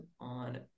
on